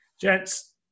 Gents